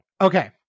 Okay